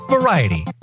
Variety